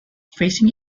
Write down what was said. facing